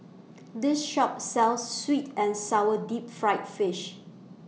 This Shop sells Sweet and Sour Deep Fried Fish